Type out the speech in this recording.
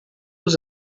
was